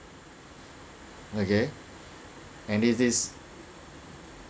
okay and this is